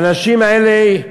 האנשים האלה,